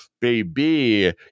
Baby